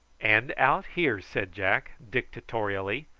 and out here, said jack, dictatorially.